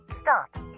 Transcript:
Stop